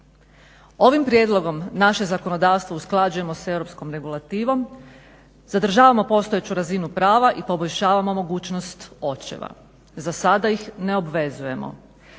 ovim prijedlogom naše zakonodavstvo usklađujemo s europskom regulativom, zadržavamo postojeću razinu prava i poboljšavamo mogućnost očeva. Za sada ih ne obvezujemo.